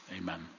Amen